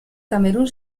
camerún